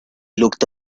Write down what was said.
looked